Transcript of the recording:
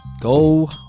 Go